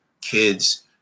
kids